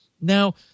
Now